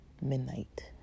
midnight